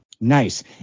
Nice